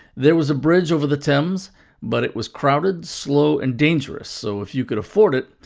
there was a bridge over the thames but it was crowded, slow, and dangerous, so if you could afford it,